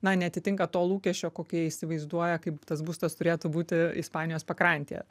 na neatitinka to lūkesčio kokį jie įsivaizduoja kaip tas būstas turėtų būti ispanijos pakrantėje